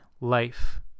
life